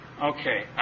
Okay